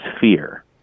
fear